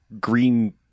green